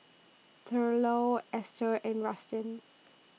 Thurlow Ester and Rustin